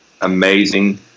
amazing